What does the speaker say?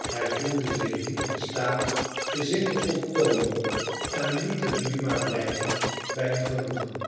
hij voelde zich niet in staat den zin te voltooien en liet het nu maar blijven bij een genoegen